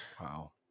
Wow